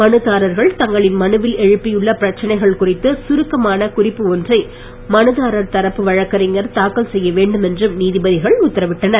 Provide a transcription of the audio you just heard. மனுதாரர்கள் தங்களின் மனுவில் எழுப்பியுள்ள பிரச்சனைகள் குறித்து சுருக்கமான குறிப்பு ஒன்றை மனுதாரர் தரப்பு வழக்கறிஞர் தாக்கல் செய்யவேண்டும் என்றும் நீதிபதிகள் உத்தரவிட்டனர்